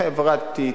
חברתית,